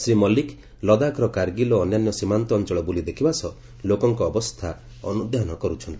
ଶ୍ରୀ ମଲ୍ଲିକ ଲଦାଖର କାର୍ଗିଲ ଓ ଅନ୍ୟାନ୍ୟ ସୀମାନ୍ତ ଅଞ୍ଚଳ ବୁଲି ଦେଖିବା ସହ ଲୋକଙ୍କ ଅବସ୍ଥା ଅନୁଧ୍ୟାନ କରୁଛନ୍ତି